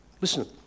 listen